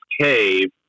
cave